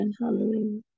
Hallelujah